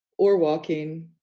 or walking,